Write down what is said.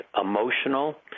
emotional